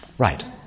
Right